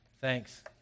Thanks